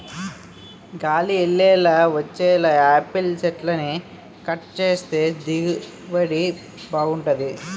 గాలి యెల్లేలా వచ్చేలా యాపిల్ సెట్లని కట్ సేత్తే దిగుబడి బాగుంటది